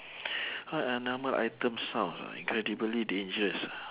what are normal item sounds ah incredibly dangerous ah